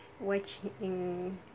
watching